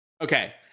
Okay